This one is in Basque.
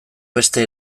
beste